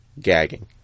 gagging